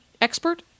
expert